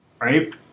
right